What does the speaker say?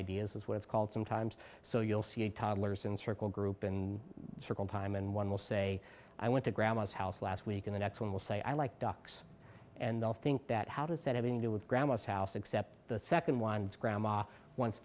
ideas is what it's called sometimes so you'll see a toddlers in circle group in circle time and one will say i went to grandma's house last week in the next one will say i like ducks and they'll think that how does that having to do with grandma's house except the second one grandma